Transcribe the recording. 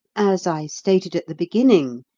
as i stated at the beginning,